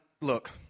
look